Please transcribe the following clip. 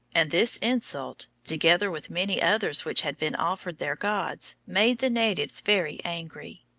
and this insult, together with many others which had been offered their gods, made the natives very angry.